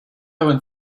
went